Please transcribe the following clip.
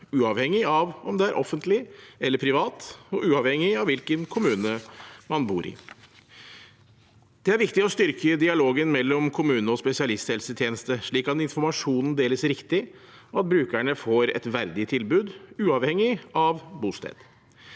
uavhengig av om det er offentlig eller privat, og uavhengig av hvilken kommune man bor i. Det er viktig å styrke dialogen mellom kommune og spesialisthelsetjeneste slik at informasjon deles riktig, og at brukerne får et verdig tilbud, uavhengig av bosted.